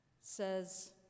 says